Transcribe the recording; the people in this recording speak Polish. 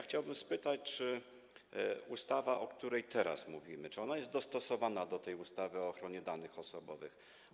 Chciałbym spytać, czy ustawa, o której teraz mówimy, jest dostosowana do tej ustawy o ochronie danych osobowych.